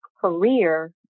career